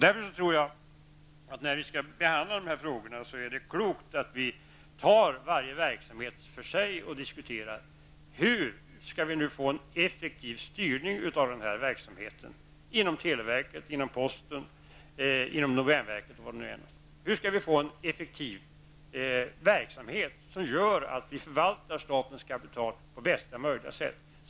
Därför tror jag att det är klokt att vi när vi behandlar de här frågorna tar varje verksamhet för sig och diskuterar hur vi skall kunna få en effektiv styrning av verksamheten, t.ex. inom televerket, posten och domänverket. Vi måste fråga oss hur det skall kunna bli en effektiv verksamhet som innebär att vi förvaltar statens kapital på bästa möjliga sätt.